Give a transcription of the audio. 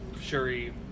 Shuri